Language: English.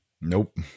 Nope